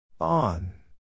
On